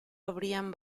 abrían